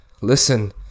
listen